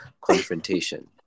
confrontation